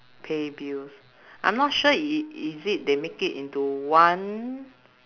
pay bills I'm not sure is is it they make it into one